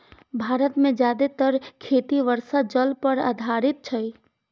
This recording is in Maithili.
भारत मे जादेतर खेती वर्षा जल पर आधारित छै